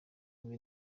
wumve